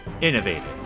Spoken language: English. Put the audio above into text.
Innovative